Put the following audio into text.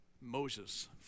Moses